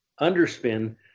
underspin